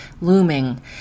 looming